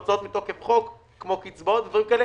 על הוצאות מתוקף חוק כמו קצבאות ודברים כאלה.